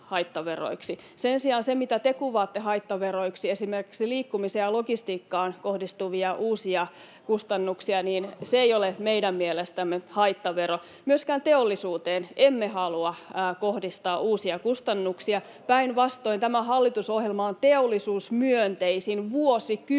Sen sijaan ne, mitä te kuvaatte haittaveroiksi, esimerkiksi liikkumiseen ja logistiikkaan kohdistuvat uudet kustannukset, eivät ole meidän mielestämme haittavero. Myöskään teollisuuteen emme halua kohdistaa uusia kustannuksia, päinvastoin tämä hallitusohjelma on teollisuusmyönteisin vuosikymmeniin